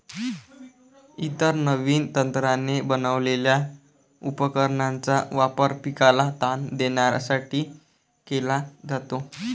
इतर नवीन तंत्राने बनवलेल्या उपकरणांचा वापर पिकाला ताण देण्यासाठी केला जातो